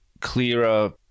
clearer